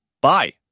bye